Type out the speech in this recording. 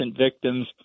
victims